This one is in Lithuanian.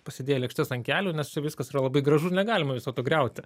pasidėję lėkštes ant kelių nes čia viskas yra labai gražu negalima viso to griauti